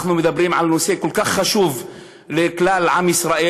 אנחנו מדברים על נושא כל כך חשוב לכלל עם ישראל.